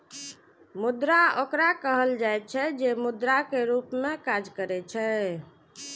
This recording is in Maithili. मुद्रा ओकरा कहल जाइ छै, जे मुद्रा के रूप मे काज करै छै